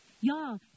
Y'all